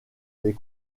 des